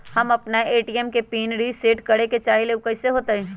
हम अपना ए.टी.एम के पिन रिसेट करे के चाहईले उ कईसे होतई?